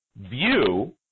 view